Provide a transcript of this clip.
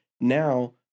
now